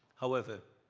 however,